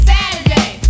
Saturday